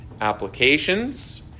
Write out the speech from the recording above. applications